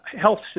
health